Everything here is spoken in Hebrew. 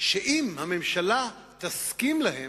שאם הממשלה תסכים להם,